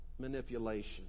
manipulation